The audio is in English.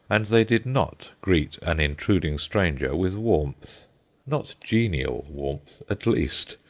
and they did not greet an intruding stranger with warmth not genial warmth, at least.